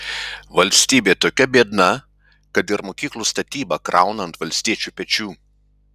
valstybė tokia biedna kad ir mokyklų statybą krauna ant valstiečių pečių